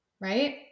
right